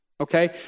okay